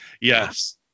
Yes